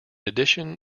addition